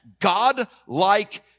God-like